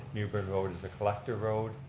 mewburn road is a collector road.